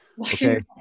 Okay